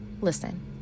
listen